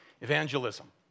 evangelism